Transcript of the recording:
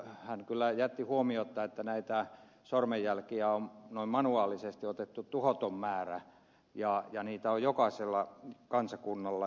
hän kyllä jätti huomiotta että näitä sormenjälkiä on noin manuaalisesti otettu tuhoton määrä ja niitä on jokaisella kansakunnalla